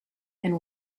and